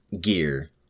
gear